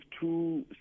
two